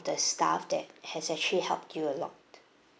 the staff that has actually helped you a lot